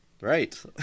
Right